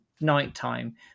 nighttime